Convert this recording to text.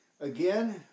Again